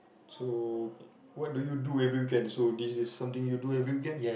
so what do you do every weekend so this is something you do every weekend